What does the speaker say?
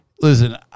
listen